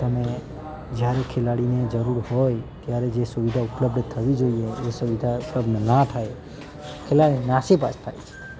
તમે જ્યારે ખેલાડીને જરૂર હોય ત્યારે જે સુવિધા ઉપલબ્ધ થવી જોઈએ એ સુવિધા ઉપલબ્ધ ના થાય ખેલાડી નાસીપાસ થાય છે